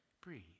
breathe